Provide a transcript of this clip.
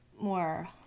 more